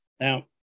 Now